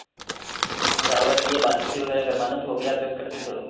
اچھا اگر یہ وال پوٹی وغیرہ کروانا تو ابھی آپ بییک کر دیتے ہو